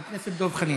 חבר הכנסת דב חנין.